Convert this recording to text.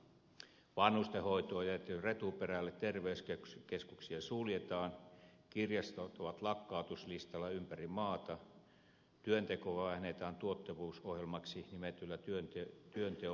vanhusten hoito on jätetty retuperälle terveyskeskuksia suljetaan kirjastot ovat lakkautuslistalla ympäri maata työntekoa vähennetään tuottavuusohjelmaksi nimetyllä työnteon vähentämisohjelmalla